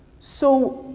so,